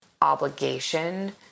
obligation